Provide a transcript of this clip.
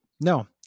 No